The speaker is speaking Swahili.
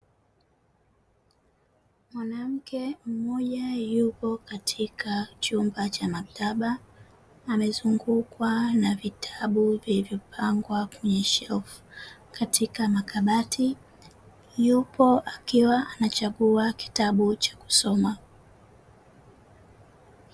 Mwanamke mmoja yupo katika chumba cha maktaba, amezungukwa na vitabu vilivyopangwa kwenye shelfu katika makabati; yupo akiwa anachagua kitabu cha kusoma.